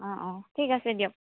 অ অ ঠিক আছে দিয়ক